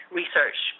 research